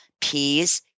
peas